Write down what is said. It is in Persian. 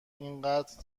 اینقدر